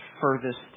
furthest